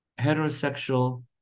heterosexual